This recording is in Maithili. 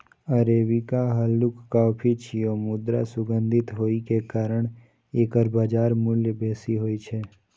अरेबिका हल्लुक कॉफी छियै, मुदा सुगंधित होइ के कारण एकर बाजार मूल्य बेसी होइ छै